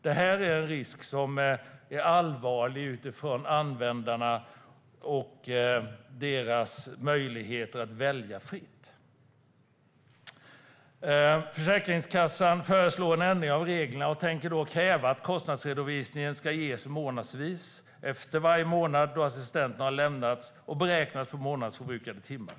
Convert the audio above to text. Det är en risk som är allvarlig utifrån användarna och deras möjligheter att välja fritt. Försäkringskassan föreslår en ändring av reglerna och tänker då kräva att kostnadsredovisningen ska ges in månadsvis efter varje månad, då assistans har lämnats, och beräknas på månadens förbrukade timmar.